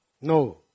No